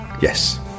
Yes